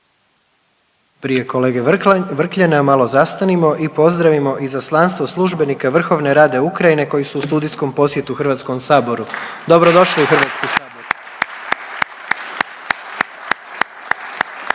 Prije kolege Vrkljana malo zastanimo i pozdravimo Izaslanstvo službenika Vrhovne rade Ukrajine koji su u studijskom posjetu HS-u, dobrodošli u HS.